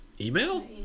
Email